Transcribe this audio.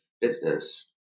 business